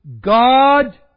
God